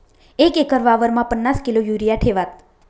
एक एकर वावरमा पन्नास किलो युरिया ठेवात